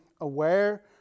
aware